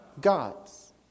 gods